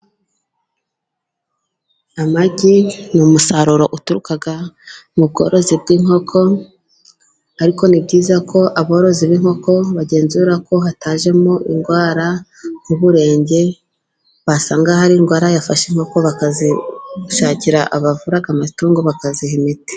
Amagi ni umusaruro uturuka mu bworozi bw'inkoko, ariko ni byiza ko aborozi b'inkoko bagenzura, ko hatajemo indwara y'uburenge basanga hari indwara yafashe inkoko, bakazishakira abavura amatungo bakaziha imiti.